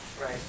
Right